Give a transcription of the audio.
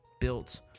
built